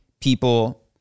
people